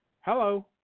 Hello